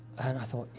and i thought,